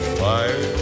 fire